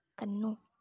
कन्नू